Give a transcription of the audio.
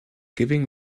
giving